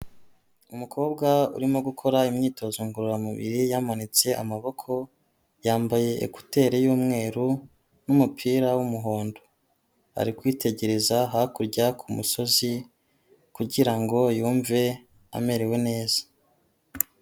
Umukobwa urimo gukora imyitozo ngororamubiri yamanitse amaboko, yambaye ekuteri y'umweru n'umupira w'umuhondo, ari kwitegereza hakurya ku musozi kugira ngo yumve amerewe neza.